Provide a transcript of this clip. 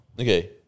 okay